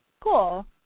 Cool